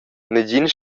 negin